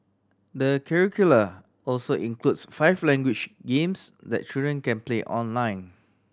the curricula also includes five language games that children can play online